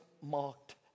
marked